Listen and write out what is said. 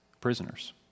prisoners